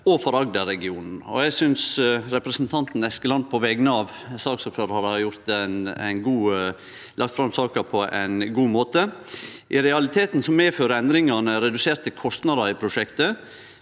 og for Agder-regionen. Eg synest representanten Eskeland, på vegner av saksordføraren, har lagt fram saka på ein god måte. I realiteten medfører endringane reduserte kostnader i prosjektet,